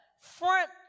front